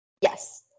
Yes